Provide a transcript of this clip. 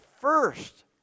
first